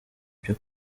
byo